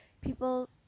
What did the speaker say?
people